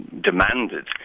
demanded